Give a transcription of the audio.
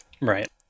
right